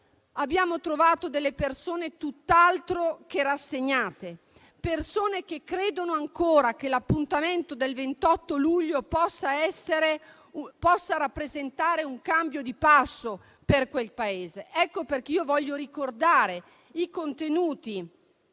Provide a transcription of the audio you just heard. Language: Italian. Abbiamo trovato persone tutt'altro che rassegnate, persone che credono ancora che l'appuntamento del 28 luglio possa rappresentare un cambio di passo per il Paese. Ecco perché voglio ricordare non